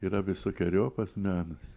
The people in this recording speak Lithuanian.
yra visokeriopas menas